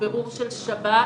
או בירור של שב"ס,